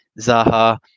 Zaha